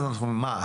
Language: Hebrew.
אז אנחנו: מה,